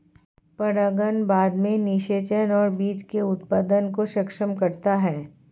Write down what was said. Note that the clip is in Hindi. परागण बाद में निषेचन और बीज के उत्पादन को सक्षम करता है